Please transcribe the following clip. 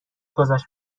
گذشت